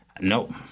Nope